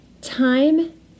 time